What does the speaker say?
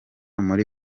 muri